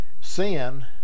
sin